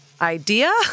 idea